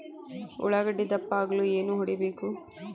ಉಳ್ಳಾಗಡ್ಡೆ ದಪ್ಪ ಆಗಲು ಏನು ಹೊಡಿಬೇಕು?